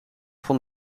van